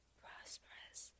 prosperous